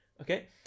Okay